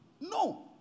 No